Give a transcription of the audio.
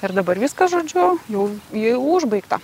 ir dabar viskas žodžiu jau ji užbaigta